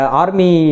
army